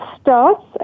starts